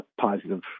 positive